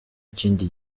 ikindi